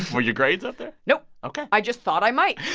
were your grades up there? nope ok i just thought i might